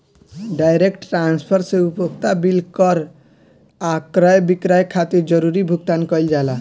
direct transfer से उपभोक्ता bill कर आ क्रय विक्रय खातिर जरूरी भुगतान कईल जाला